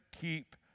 keep